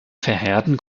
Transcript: verehrten